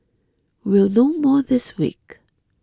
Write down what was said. we'll know more this week